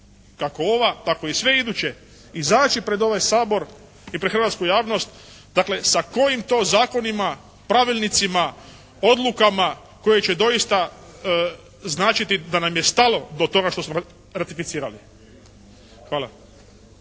kako ova tako i sve iduće izaći pred ovaj Sabor i pred hrvatsku javnost. Dakle, sa kojim to zakonima, pravilnicima, odlukama koje će doista značiti da nam je stalo do toga što smo ratificirali. Hvala.